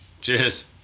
Cheers